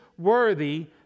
worthy